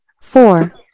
Four